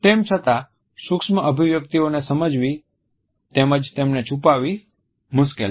તેમ છતાં સૂક્ષ્મ અભિવ્યક્તિઓને સમજવી તેમજ તેમને છુપાવવી મુશ્કેલ છે